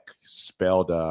spelled